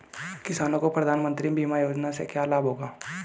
किसानों को प्रधानमंत्री बीमा योजना से क्या लाभ होगा?